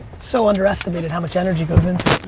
so underestimated how much energy goes into